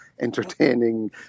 entertaining